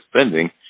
spending